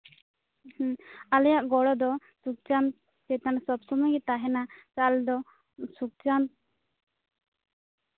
ᱦᱩᱸ ᱟᱞᱮᱭᱟᱜ ᱜᱚᱲᱚ ᱫᱚ ᱥᱩᱠᱪᱟᱸᱫ ᱪᱮᱛᱟᱱ ᱥᱚᱵᱥᱚᱢᱚᱭ ᱜᱮ ᱛᱟᱦᱮᱸᱱᱟ ᱥᱮ ᱟᱞᱮ ᱫᱚ ᱥᱩᱠᱪᱟᱸᱫ